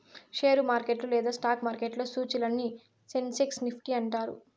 share market లేదా stock మార్కెట్లో సూచీలని సెన్సెక్స్ నిఫ్టీ అంటారు